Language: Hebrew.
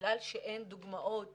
בגלל שאין דוגמאות